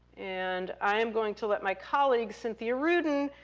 and i am going to let my colleague, cynthia rudin,